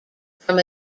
from